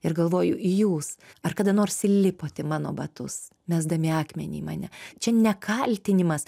ir galvoju jūs ar kada nors įlipot į mano batus mesdami akmenį į mane čia ne kaltinimas